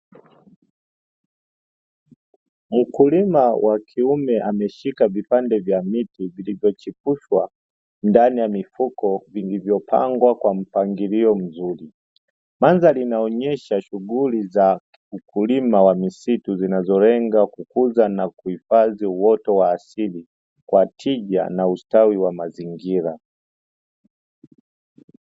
Mkulima wa kiume ameshika vipande vya miti vilivyochipushwa ndani ya mifuko vilivyopangwa kwa mpangilio mzuri, kwanza linaonyesha shughuli za ukulima wa misitu zinazolenga kukuza na kuhifadhi uoto wa asili kwa tija na ustawi wa mazingira.